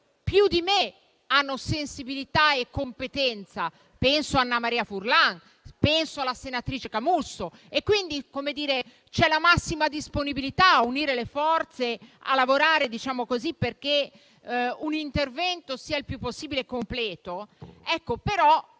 più di me hanno sensibilità e competenza (penso ad Annamaria Furlan e alla senatrice Camusso). Quindi c’è la massima disponibilità a unire le forze e a lavorare perché un intervento sia il più possibile completo. Però